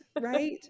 Right